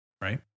right